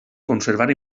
conservar